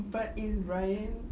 but is bryan